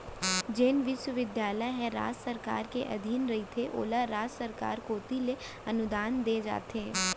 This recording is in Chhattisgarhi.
जेन बिस्वबिद्यालय ह राज सरकार के अधीन रहिथे ओला राज सरकार कोती ले अनुदान देय जाथे